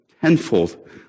tenfold